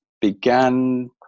began